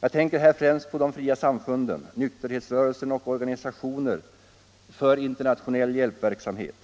Jag tänker här främst på de fria samfunden, nykterhetsrörelsen och organisationer för internationell hjälpverksamhet.